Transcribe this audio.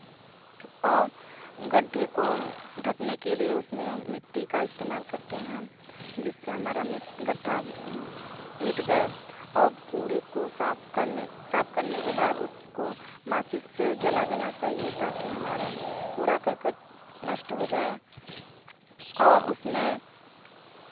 और गड्ढे को ढकने के लिए उसमें मिट्टी का इस्तेमाल करते हैं जिससे हमारा मिट गड्ढा मिट जाए और कूड़े को साफ़ करने साफ़ करने के बाद उसको माचिस से जला देना चाहिए ताकि हमारा कूड़ा करकट नष्ट हो जाए और उसमें